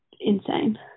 insane